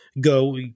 go